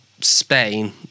Spain